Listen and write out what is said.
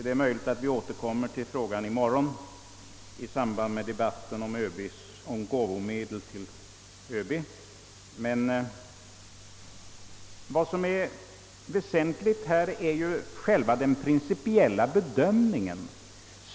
Det är möjligt att vi i morgon återkommer till denna fråga i samband med debatten om gåvomedel till ÖB. Det väsentliga i detta sammanhang är emellertid den principiella bedömningen.